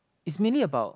is mainly about